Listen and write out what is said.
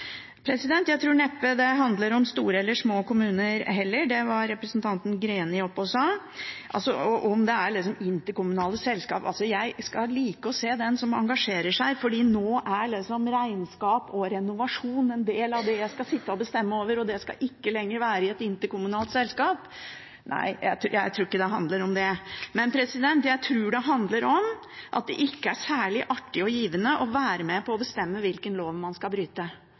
Jeg tror neppe det handler om store eller små kommuner heller, som representanten Greni var oppe her og sa. Vel, om det er interkommunale selskap – jeg skulle like å se den som engasjerer seg fordi regnskap og renovasjon nå liksom er en del av det jeg skal sitte og bestemme over og det ikke lenger skal være i et interkommunalt selskap! Nei, jeg tror ikke det handler om det, men jeg tror det handler om at det ikke er særlig artig og givende å være med på å bestemme hvilken lov man skal bryte.